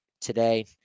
today